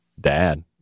Dad